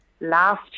last